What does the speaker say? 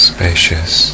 Spacious